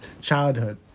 childhood